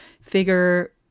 figure